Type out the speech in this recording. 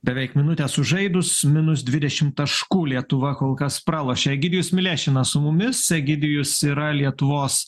beveik minutę sužaidus minus dvidešim taškų lietuva kol kas pralošia egidijus milešinas su mumis egidijus yra lietuvos